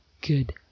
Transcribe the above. good